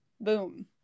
Boom